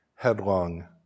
headlong